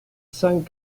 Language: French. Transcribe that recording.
cent